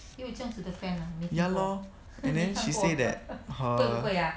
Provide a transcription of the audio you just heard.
ya lor and then she say that her